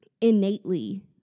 innately